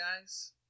guys